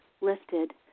lifted